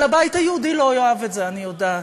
הבית היהודי לא יאהב את זה, אני יודעת,